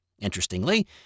Interestingly